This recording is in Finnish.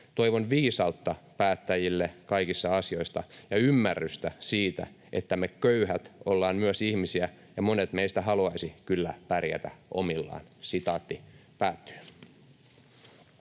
Toivon viisautta päättäjille kaikissa asioissa ja ymmärrystä siitä, että me köyhät ollaan myös ihmisiä ja monet meistä haluaisivat kyllä pärjätä omillaan.” ”Olen